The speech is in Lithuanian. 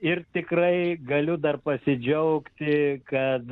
ir tikrai galiu dar pasidžiaugti kad